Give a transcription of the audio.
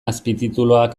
azpitituluak